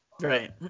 Right